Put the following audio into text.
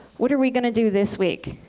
what are we going to do this week?